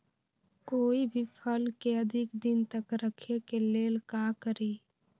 कोई भी फल के अधिक दिन तक रखे के लेल का करी?